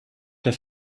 der